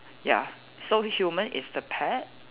ya so human is the pet